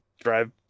drive